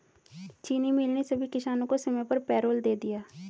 चीनी मिल ने सभी किसानों को समय पर पैरोल दे दिया